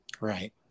Right